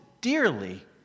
dearly